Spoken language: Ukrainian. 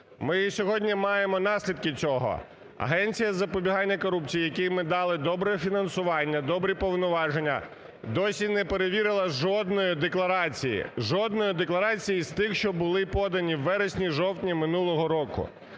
Ми і сьогодні маємо наслідки цього. Агенція із запобігання корупції, якій ми дали добре фінансування, добрі повноваження, досі не перевірила жодної декларації, жодної декларації із тих, що були подані у вересня-жовтні минулого року.